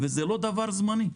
זה לא דבר זמני,